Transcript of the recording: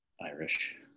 irish